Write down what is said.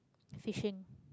fishing